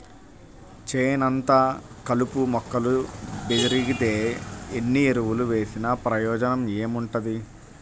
చేనంతా కలుపు మొక్కలు బెరిగితే ఎన్ని ఎరువులు వేసినా ప్రయోజనం ఏముంటది